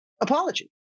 apology